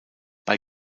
bei